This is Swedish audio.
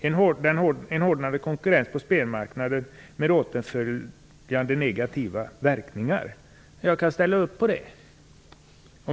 En hårdnande konkurrens på spelmarknaden med åtföljande negativa verkningar -." Jag kan hålla med om det.